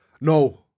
No